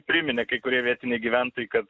priminė kai kurie vietiniai gyventojai kad